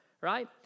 Right